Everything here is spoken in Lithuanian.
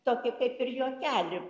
tokį kaip ir juokelį